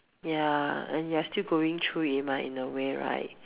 ya and you're still going through it mah in a way right